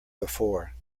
before